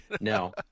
No